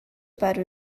para